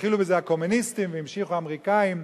התחילו בזה הקומוניסטים והמשיכו האמריקנים,